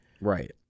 right